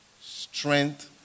strength